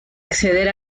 acceder